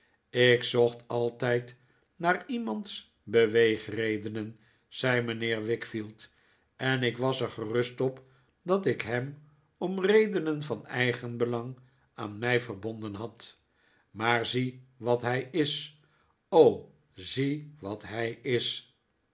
ik zocht altijd naar iemands beweegredenen zei mijnheer wickfield en ik was er gerust op dat ik hem om redenen van eigenbelang aan mij verbonden had maar zie wat hij is o zie wat hij is